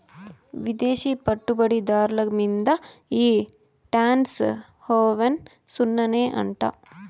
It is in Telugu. విదేశీ పెట్టుబడి దార్ల మీంద ఈ టాక్స్ హావెన్ సున్ననే అంట